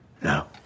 No